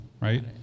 right